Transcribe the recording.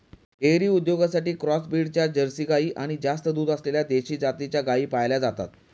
dairy उद्योगासाठी cross ब्रीडच्या Jersey गाई आणि जास्त दूध असलेल्या देशी जातीच्या गायी पाळल्या जातात